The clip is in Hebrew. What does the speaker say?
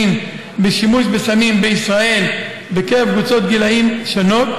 בשימוש בסמים בישראל בקרב קבוצות גילים שונות,